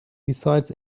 besides